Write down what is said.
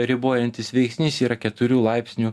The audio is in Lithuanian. ribojantis veiksnys yra keturių laipsnių